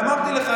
ואמרתי לך,